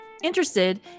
interested